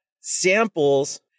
samples